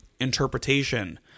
interpretation